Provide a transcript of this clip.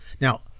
Now